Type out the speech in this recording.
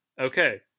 okay